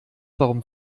warum